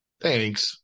thanks